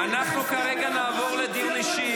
תתפטר, אין לך מצביעים.